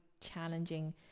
challenging